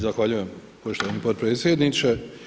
Zahvaljujem poštovani potpredsjedniče.